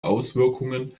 auswirkungen